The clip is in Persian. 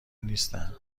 نیستند